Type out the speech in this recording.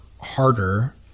harder